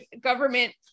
government